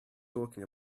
talking